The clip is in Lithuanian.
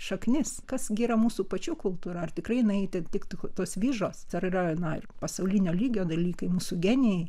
šaknis kas gi yra mūsų pačių kultūra ar tikrai jinai tik tos vyžos dar yra na ir pasaulinio lygio dalykai mūsų genijai